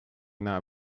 not